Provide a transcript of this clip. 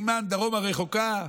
תימן הרחוקה,